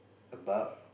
about